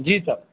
جی صاحب